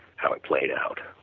how it played out.